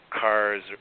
cars